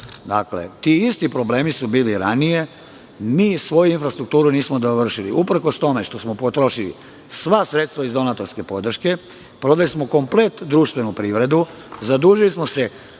nadalje. Ti isti problemi su bili i ranije. Mi svoju infrastrukturu nismo dovršili, uprkos tome što smo potrošili sva sredstva iz donatorske podrške. Prodali smo komplet društvenu privredu. Zadužili smo se